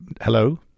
Hello